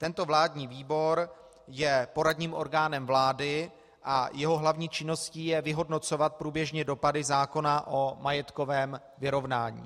Tento vládní výbor je poradním orgánem vlády a jeho hlavní činností je vyhodnocovat průběžně dopady zákona o majetkovém vyrovnání.